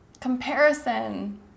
comparison